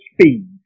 speed